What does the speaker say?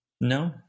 no